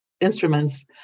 instruments